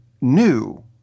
new